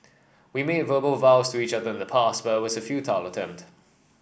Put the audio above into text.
we made verbal vows to each other in the past but it was a futile attempt